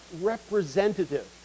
representative